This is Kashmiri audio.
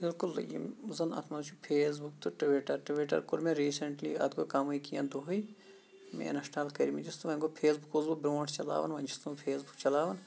بِالکُل یِم زَن اَتھ منٛز چھِ فیس بُک تہٕ ٹُوِٹَر ٹُوِٹَر کوٚر مےٚ رِیسنٛٹلی اَتھ گوٚو کَمٕے کینٛہہ دۄہٕے مےٚ اِنَسٹال کٔرمٕتِس تہٕ وۄنۍ گوٚو فیس بُک اوسُس بہٕ برونٛٹھ چَلاوان وۄنۍ چھُس نہٕ بہٕ فیس بُک چَلاوان